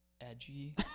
edgy